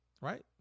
right